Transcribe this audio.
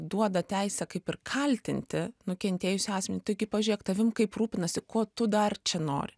duoda teisę kaip ir kaltinti nukentėjusį asmenį taigi pažiūrėk tavim kaip rūpinasi ko tu dar čia nori